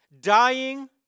dying